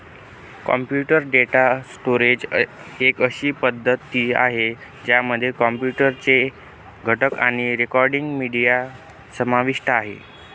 computer data storage एक अशी पद्धती आहे, ज्यामध्ये कॉम्प्युटर चे घटक आणि रेकॉर्डिंग, मीडिया समाविष्ट आहे